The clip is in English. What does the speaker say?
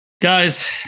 guys